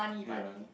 ya